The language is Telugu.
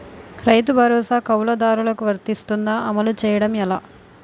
రైతు భరోసా కవులుదారులకు వర్తిస్తుందా? అమలు చేయడం ఎలా